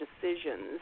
decisions